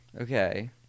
Okay